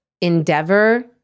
endeavor